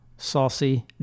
saucy